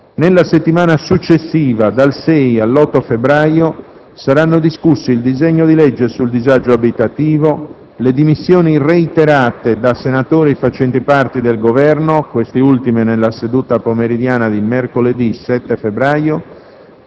Nella settimana successiva, dal 6 all'8 febbraio, saranno discussi il disegno di legge sul disagio abitativo, le dimissioni reiterate da senatori facenti parte del Governo (queste ultime nella seduta pomeridiana di mercoledì 7 febbraio),